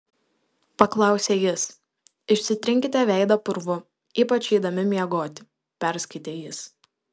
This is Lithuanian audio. paklausė jis išsitrinkite veidą purvu ypač eidami miegoti perskaitė jis